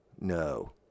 No